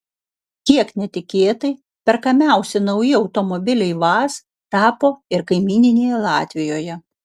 kiek netikėtai perkamiausi nauji automobiliai vaz tapo ir kaimyninėje latvijoje